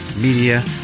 media